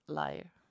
liar